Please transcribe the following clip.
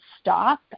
stop